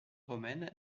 romaine